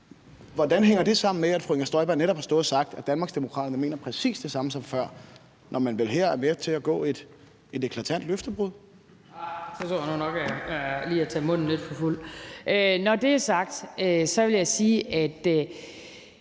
Hvordan hænger det sammen med, at fru Inger Støjberg netop har stået og sagt, at Danmarksdemokraterne mener præcis det samme som før, når man vel her er med til at begå et eklatant løftebrud?